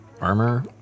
armor